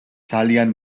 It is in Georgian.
ძალიან